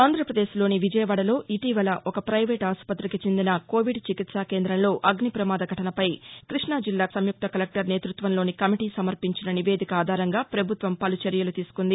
ఆంధ్రప్రదేశ్ లోని విజయవాడలో ఇటీవల ఒక పయివేట్ ఆస్పతికి చెందిన కోవిడ్ చికిత్సా కేందంలో అగ్నిప్రమాద ఘటనపై జిల్లా సంయుక్త కలెక్టర్ నేతృత్వంలోని కమిటీ సమర్భించిన నివేదిక ఆధారంగా ప్రభుత్వం చర్యలు తీసుకుంది